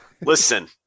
listen